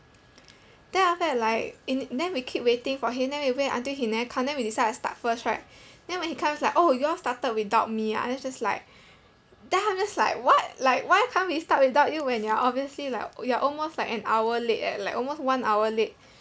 then after that like in then we keep waiting for him then we wait until he never come then we decide to start first right then when he comes like oh you all started without me ah then just like then I'm just like what like why can't we start without you when you're obviously like you're almost like an hour late eh like almost one hour late